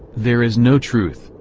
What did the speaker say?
there is no truth,